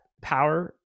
power